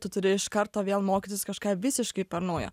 tu turi iš karto vėl mokytis kažką visiškai naujo